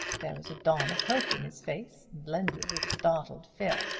there was a dawn of hope in his face, blended with a startled fear.